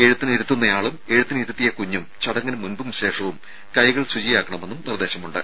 എഴുത്തിനിരുത്തുന്ന ആളും എഴുത്തിനിരുത്തിയ കുഞ്ഞും ചടങ്ങിന് മുമ്പും ശേഷവും കൈകൾ ശുചിയാക്കണമെന്നും നിർദ്ദേശമുണ്ട്